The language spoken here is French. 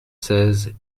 seize